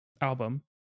album